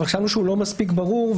אבל חשבנו שהוא לא מספיק ברור,